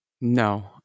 No